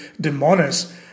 demoness